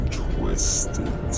twisted